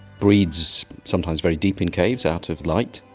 breeds sometimes very deep in caves, out of light,